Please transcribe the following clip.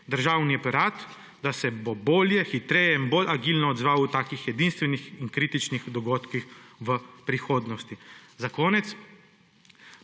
državni aparat, da se bo bolje, hitreje in bolj agilno odzval v takih edinstvenih in kritičnih dogodkih v prihodnosti. Za konec